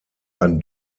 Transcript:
ein